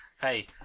hey